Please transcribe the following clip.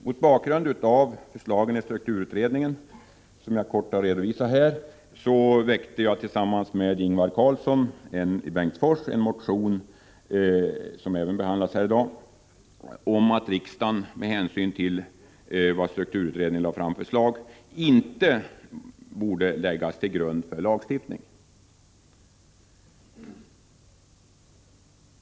Mot bakgrund av förslagen i strukturutredningen, som jag här kortfattat har redovisat, väckte jag tillsammans med Ingvar Karlsson i Bengtsfors en motion, som behandlas av riksdagen i dag, där vi yrkar att riksdagen skall uttala att strukturutredningen, med hänvisning till de förslag som utredningen lade fram, inte bör läggas till grund för lagstiftning.